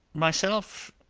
myself,